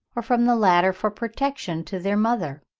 or from the latter for protection to their mother